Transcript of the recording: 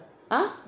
ah